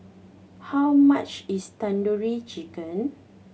how much is Tandoori Chicken